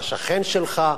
השכן שלך,